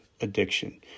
addiction